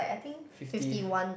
fifty